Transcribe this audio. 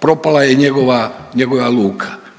propala je i njegova luka,